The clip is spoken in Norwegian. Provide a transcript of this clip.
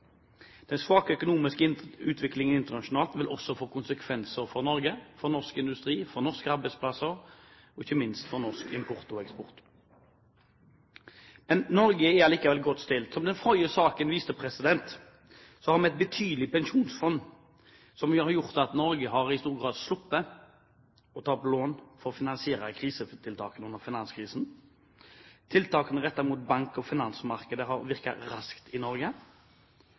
Den svake økonomiske utviklingen internasjonalt vil også få konsekvenser for Norge – for norsk industri, for norske arbeidsplasser og ikke minst for norsk import og eksport. Men Norge er allikevel godt stilt. Som den forrige saken viste, har vi et betydelig pensjonsfond, som jo har gjort at Norge i stor grad har sluppet å ta opp lån for å finansiere krisetiltak under finanskrisen. Tiltakene rettet mot bank- og finansmarkedet har virket raskt i Norge.